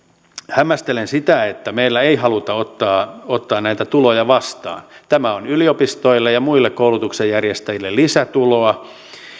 hämmästelen sitä että meillä ei haluta ottaa ottaa näitä tuloja vastaan tämä on yliopistoille ja muille koulutuksen järjestäjille lisätuloa